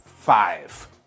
five